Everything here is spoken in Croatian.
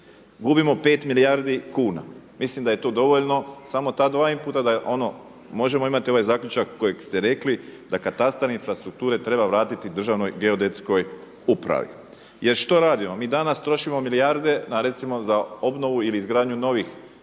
Gubimo 5 milijardi kuna, mislim da je tu dovoljno samo ta dva inputa da možemo imati ovaj zaključak kojeg ste rekli da katastar infrastrukture treba vrati Državnoj geodetskoj upravi. Jer što radimo? Mi danas trošimo milijarde na recimo za obnovu ili izgradnju novih državnih